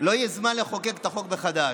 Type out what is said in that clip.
לא יהיה זמן לחוקק את החוק מחדש.